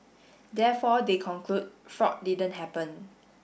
therefore they conclude fraud didn't happen